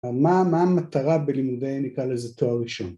‫אבל מה המטרה בלימודי, ‫נקרא לזה, תואר ראשון?